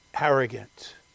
arrogant